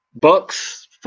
Bucks